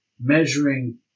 Measuring